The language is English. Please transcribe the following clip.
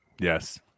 Yes